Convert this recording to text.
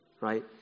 Right